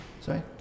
Sorry